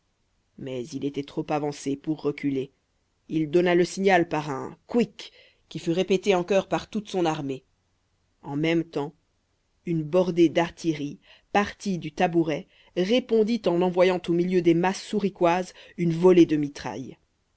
mais il était trop avancé pour reculer il donna le signal par un couïc qui fut répété en chœur par toute son armée en même temps une bordée d'artillerie partie du tabouret répondit en envoyant au milieu des masses souriquoises une volée de mitraille